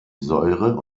säure